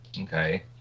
okay